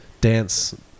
dance